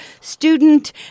student